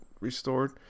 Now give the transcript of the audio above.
restored